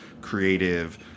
creative